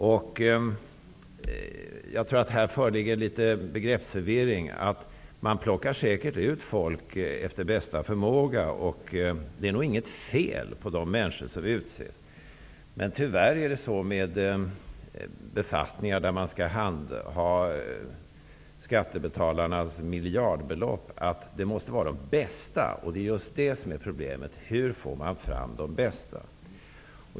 Jag tror att det här föreligger en viss begreppsförvirring. Man plockar säkert ut folk efter bästa förmåga. Det är inte heller något fel på de människor som utnämns. Men tyvärr är det så att när det gäller de befattningar där skattebetalarnas miljardbelopp skall handhas, måste det vara fråga om de bästa personerna. Problemet är varifrån man får de bästa.